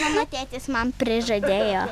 mano tėtis man prižadėjo